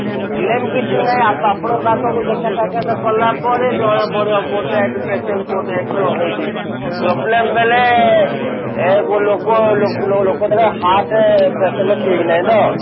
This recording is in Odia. ପ୍ରୋବ୍ଲେମ କିଛି ନାହିଁ ଆପଣଙ୍କ ପାଖକୁ ଦେଖା ସାକ୍ଷାତ କଲାପରେ ଜଣାପଡ଼ିବ କେଉଁଠେ ପେସେଣ୍ଟ କେଉଁଠେ ଏଇଠି ତ ହେଉଛି ପ୍ରୋବ୍ଲେମ ବେଲେ ଏ ଲୋକ ଲୋକଟା ବା ହାର୍ଟ ପେସେଣ୍ଟ ଠିକ୍ ନାହିଁ ତ